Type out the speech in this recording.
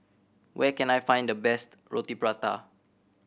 where can I find the best Roti Prata